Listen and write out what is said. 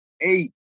eight